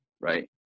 Right